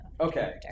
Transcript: Okay